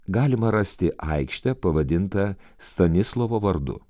galima rasti aikštę pavadinta stanislovo vardu